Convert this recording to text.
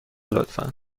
لطفا